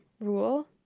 rule